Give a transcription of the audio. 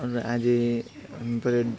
अन्त आझै